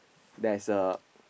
there is a